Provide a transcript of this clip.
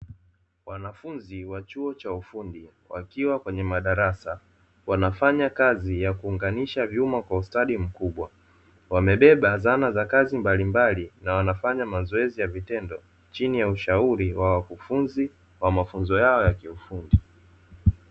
Wanafunzi wa chuo cha ufundi wakiwa kwenye madarasa, wanafanya kazi ya kuunganisha vyuma kwa ustadi mkubwa. Wamebeba zana za kazi mbalimbali na wanafanya mazoezi ya vitendo chini ya ushauri wa wakufunzi wa mafunzo yao ya kiufundi.